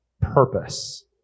purpose